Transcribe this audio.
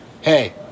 Hey